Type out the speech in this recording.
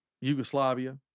Yugoslavia